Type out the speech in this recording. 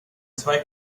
zwei